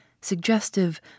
suggestive